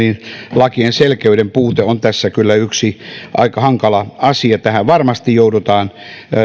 lakien selkeyden puute on tässä kyllä yksi aika hankala asia tähän kakkososaan varmasti joudutaan